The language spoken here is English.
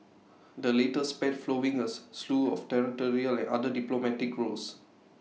the latest spat flowing A slew of territorial and other diplomatic rows